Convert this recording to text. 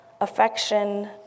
affection